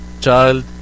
child